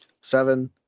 Seven